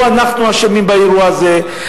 לא אנחנו אשמים באירוע הזה.